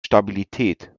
stabilität